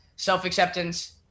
self-acceptance